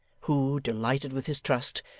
who, delighted with his trust,